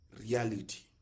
reality